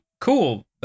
Cool